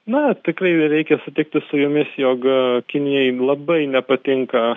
na tikrai reikia sutikti su jumis jog kinijai labai nepatinka